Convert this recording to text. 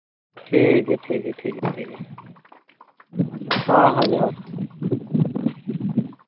ᱴᱷᱤᱠᱜᱮᱭᱟ ᱴᱷᱤᱠᱜᱮᱭᱟ ᱴᱷᱤᱠᱜᱮᱭᱟ ᱴᱷᱤᱠᱜᱮᱭᱟ ᱦᱚᱸ ᱦᱚᱸ ᱡᱚᱦᱟᱨ